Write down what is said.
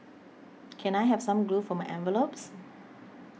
can I have some glue for my envelopes